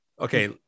Okay